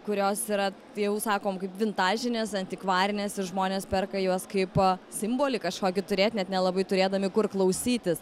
kurios yra jau sakom kaip vintažinės antikvarinės ir žmonės perka juos kaip simbolį kažkokį turėt net nelabai turėdami kur klausytis